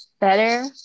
better